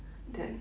ya